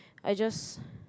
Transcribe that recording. I just